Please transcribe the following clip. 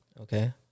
Okay